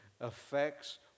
affects